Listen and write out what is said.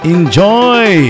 Enjoy